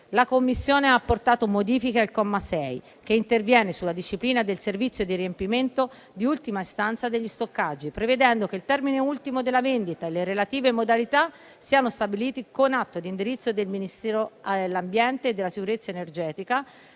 La Commissione ha apportato modifiche al comma 6, che interviene sulla disciplina del servizio di riempimento di ultima istanza degli stoccaggi, prevedendo che il termine ultimo della vendita e le relative modalità siano stabiliti con atto di indirizzo del Ministero dell'ambiente e della sicurezza energetica,